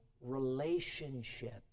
relationship